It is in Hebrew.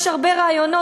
יש הרבה רעיונות.